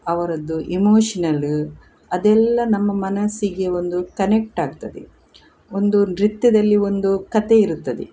ಅವರದ್ದು ಇಮೋಷ್ನಲು ಅದೆಲ್ಲ ನಮ್ಮ ಮನಸ್ಸಿಗೆ ಒಂದು ಕನೆಕ್ಟ್ ಆಗ್ತದೆ ಒಂದು ನೃತ್ಯದಲ್ಲಿ ಒಂದು ಕಥೆ ಇರುತ್ತದೆ